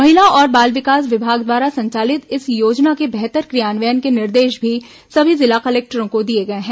महिला और बाल विकास विभाग द्वारा संचालित इस योजना के बेहतर क्रियान्वयन के निर्देश भी सभी जिला कलेक्टरों को दिए गए हैं